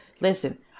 Listen